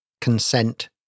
consent